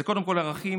זה קודם כול ערכים,